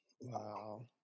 Wow